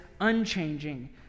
unchanging